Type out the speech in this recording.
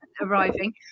arriving